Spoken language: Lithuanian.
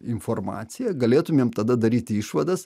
informaciją galėtumėm tada daryti išvadas